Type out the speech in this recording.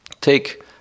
take